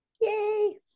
yay